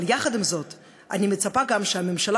אבל יחד עם זה אני מצפה גם שהממשלה,